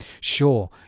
Sure